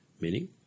meaning